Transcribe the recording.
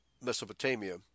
Mesopotamia